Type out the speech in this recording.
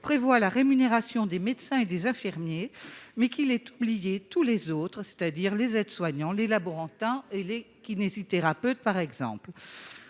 prévoit la rémunération des médecins et des infirmiers mais qu'il ait oublié tous les autres, c'est-à-dire les aides-soignants, les laborantins, elle est kinésithérapeute, par exemple,